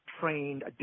trained